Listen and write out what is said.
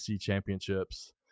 championships